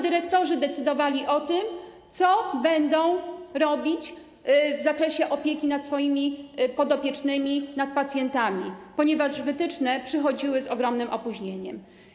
Dyrektorzy sami decydowali o tym, co będą robić w zakresie opieki nad swoimi podopiecznymi, nad pacjentami, ponieważ wytyczne przychodziły z ogromnym opóźnieniem.